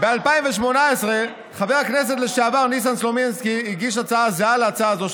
ב-2018 חבר הכנסת לשעבר ניסן סלומינסקי הגיש הצעה הזהה להצעה הזאת,